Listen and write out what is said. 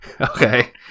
Okay